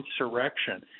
insurrection